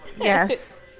Yes